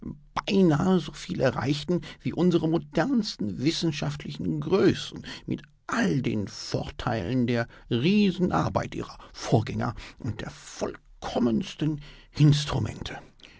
so viel erreichten wie unsre modernsten wissenschaftlichen größen mit all den vorteilen der riesenarbeit ihrer vorgänger und der vollkommensten instrumente